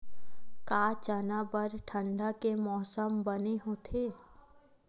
का चना बर ठंडा के मौसम बने होथे?